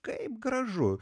kaip gražu